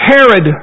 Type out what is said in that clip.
Herod